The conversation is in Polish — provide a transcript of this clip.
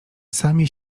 sami